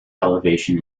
elevation